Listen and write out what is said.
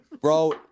Bro